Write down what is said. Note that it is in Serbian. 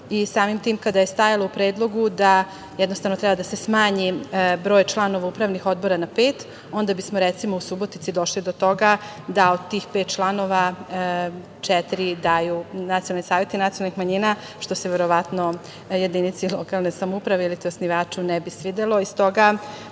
tim, kada je stajalo u predlogu da, jednostavno, treba da se smanji broj članova upravnog odbora na pet, onda bi smo, recimo, u Subotici došli do toga da od tih pet članova četiri daju nacionalni saveti nacionalnih manjina, što se verovatno jedinici lokalne samouprave, ili ti osnivaču, ne bi svidelo.S toga,